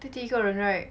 弟弟一个人 right